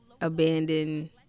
abandoned